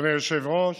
אדוני היושב-ראש,